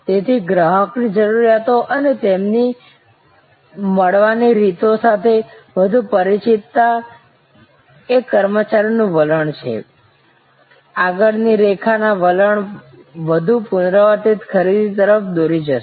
તેથી ગ્રાહકની જરૂરિયાતો અને તેમને મળવાની રીતો સાથે વધુ પરિચિતતા એ કર્મચારીનું વલણ છે આગળ ની રેખા ના વલણ વધુ પુનરાવર્તિત ખરીદી તરફ દોરી જશે